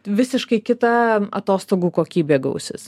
visiškai kita atostogų kokybė gausis